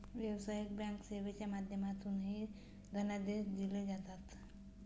व्यावसायिक बँक सेवेच्या माध्यमातूनही धनादेश दिले जातात